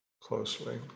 closely